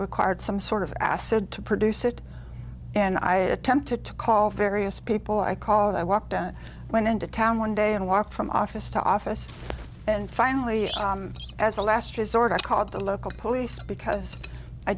required some sort of acid to produce it and i attempted to call various people i called i walked out went into town one day and walked from office to office and finally as a last resort i called the local police because i